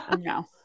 No